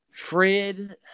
Fred